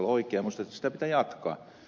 minusta sitä pitää jatkaa